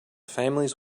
families